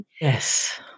Yes